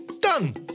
Done